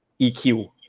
EQ